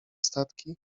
statki